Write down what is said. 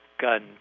gun